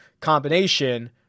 combination